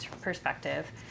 perspective